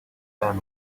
family